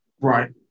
Right